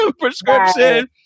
prescription